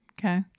Okay